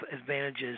advantages